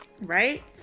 Right